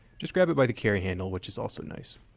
just grab it by the carry handle which is also nice.